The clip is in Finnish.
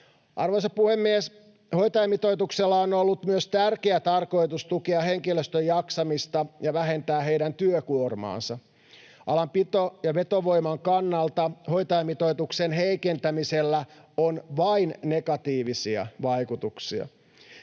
Arvoisa puhemies! Hoitajamitoituksella on ollut myös tärkeä tarkoitus tukea henkilöstön jaksamista ja vähentää heidän työkuormaansa. Alan pito- ja vetovoiman kannalta hoitajamitoituksen heikentämisellä on vain negatiivisia vaikutuksia.